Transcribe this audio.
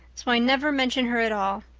so i never mention her at all.